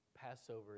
Passover